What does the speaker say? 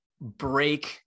break